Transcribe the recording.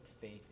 faith